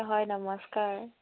হয় নমস্কাৰ